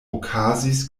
okazis